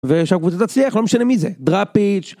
ושהקבוצה תצליח, לא משנה מי זה, דראפיץ'